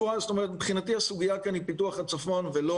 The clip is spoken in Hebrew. מבחינתי הסוגיה כאן היא פיתוח הצפון ולא